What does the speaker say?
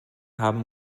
haben